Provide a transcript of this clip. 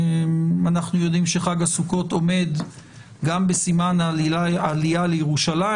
אנחנו יודעים שחג הסוכות עומד גם בסימן העלייה לירושלים,